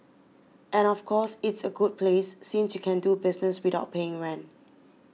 and of course it's a good place since you can do business without paying rent